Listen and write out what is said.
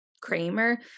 kramer